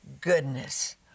goodness